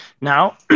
now